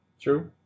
True